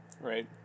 Right